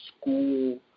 school